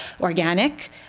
organic